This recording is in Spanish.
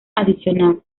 adicional